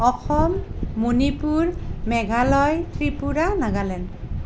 Assam Manipur Meghalaya Tripura Nagaland